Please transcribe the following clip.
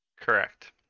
Correct